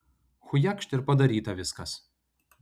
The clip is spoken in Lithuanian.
chujakšt ir padaryta viskas